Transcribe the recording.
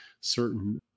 certain